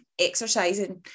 exercising